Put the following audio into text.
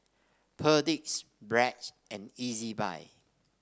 Perdix Bragg and Ezbuy